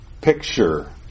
picture